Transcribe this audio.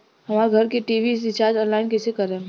हमार घर के टी.वी रीचार्ज ऑनलाइन कैसे करेम?